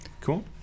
Cool